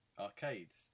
arcades